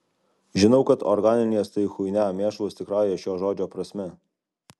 žinau kad organinės tai chuinia mėšlas tikrąja šio žodžio prasme